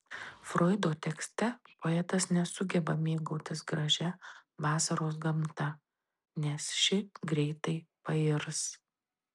froido tekste poetas nesugeba mėgautis gražia vasaros gamta nes ši greitai pairs